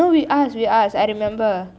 no we ask we ask I remember